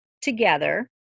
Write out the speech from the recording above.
together